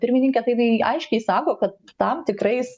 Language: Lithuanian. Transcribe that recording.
pirmininke tai jinai aiškiai sako kad tam tikrais